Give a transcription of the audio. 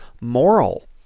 moral